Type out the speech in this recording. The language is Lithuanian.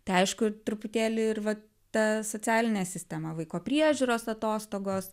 tai aišku ir truputėlį ir vat ta socialinė sistema vaiko priežiūros atostogos